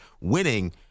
winning